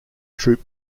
troop